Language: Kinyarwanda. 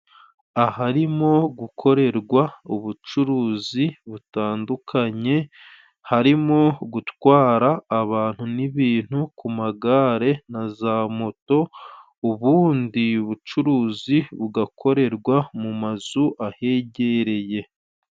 Aharimo gukorerwa ubucuruzi butandukanye harimo gutwara abantu n'ibintu ku magare na za moto, ubundi bucuruzi bugakorerwa mu mazu ahegereye.